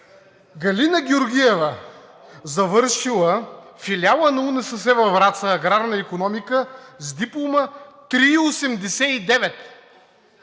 Галина Георгиева, завършила филиала на УНСС във Враца, „Аграрна икономика“, с диплома 3,89!